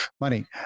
money